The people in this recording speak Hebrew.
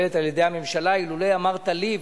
היית במפלגה אחרת כאשר היינו צריכים להיזעק